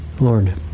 Lord